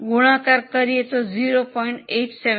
5 દ્વારા ગુણાકાર કરીએ તો 0